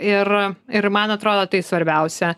ir ir man atrodo tai svarbiausia